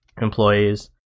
employees